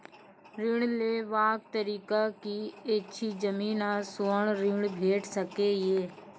ऋण लेवाक तरीका की ऐछि? जमीन आ स्वर्ण ऋण भेट सकै ये?